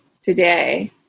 today